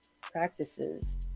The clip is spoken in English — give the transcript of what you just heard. practices